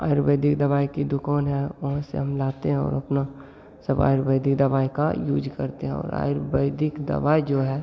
आयुर्वेदिक दवाई की दुकान है वहाँ से हम लाते हैं और अपना सब आयुर्वेदिक दवाई का यूज़ करते हैं और आयुर्वेदिक दवा जो है